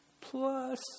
plus